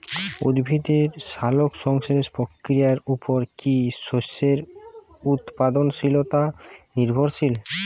উদ্ভিদের সালোক সংশ্লেষ প্রক্রিয়ার উপর কী শস্যের উৎপাদনশীলতা নির্ভরশীল?